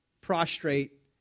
prostrate